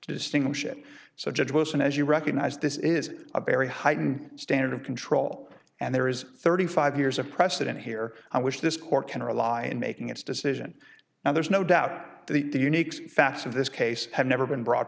to distinguish it so judge wilson as you recognize this is a very heightened standard of control and there is thirty five years of precedent here i wish this court can rely in making its decision now there's no doubt that the unique fast of this case had never been brought